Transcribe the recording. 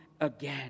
again